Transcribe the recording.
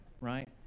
right